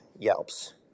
Yelps